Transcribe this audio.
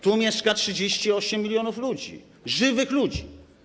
Tu mieszka 38 mln ludzi, żywych ludzi.